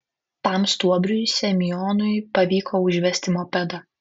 tam stuobriui semionui pavyko užvesti mopedą